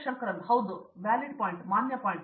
ಶಂಕರನ್ ಹೌದು ಮಾನ್ಯ ಪಾಯಿಂಟ್